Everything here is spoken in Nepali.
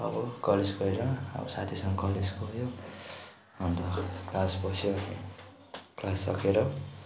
अब कलेज गएर अब साथीहरूसँग कलेज गयो अन्त क्लास बस्यो क्लास सकेर